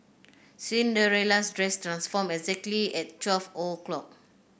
Cinderella's dress transformed exactly at twelve o'clock